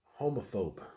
Homophobe